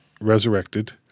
resurrected